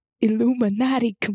Illuminati